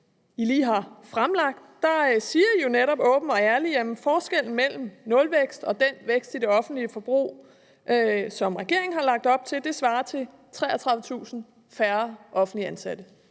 lige har fremlagt, siger man jo åbent og ærligt, at forskellen mellem nulvækst og den vækst i det offentlige forbrug, som regeringen har lagt op til, svarer til 33.000 færre offentligt ansatte.